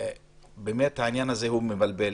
באמת העניין הזה הוא מבלבל.